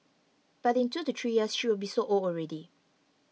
but in two to three years she will be so old already